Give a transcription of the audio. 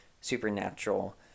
supernatural